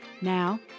Now